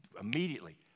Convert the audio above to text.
immediately